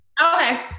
Okay